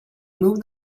move